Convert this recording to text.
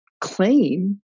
claim